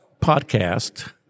podcast